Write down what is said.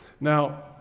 Now